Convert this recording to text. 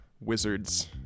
wizards